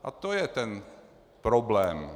A to je ten problém.